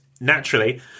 naturally